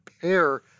pair